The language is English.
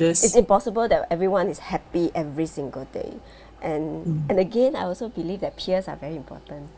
it's impossible that everyone is happy every single day and and again I also believe that peers are very important